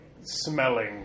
smelling